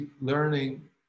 learning